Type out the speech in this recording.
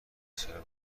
چرا